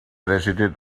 recited